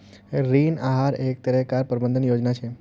ऋण आहार एक तरह कार प्रबंधन योजना छे